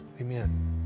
Amen